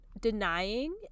Denying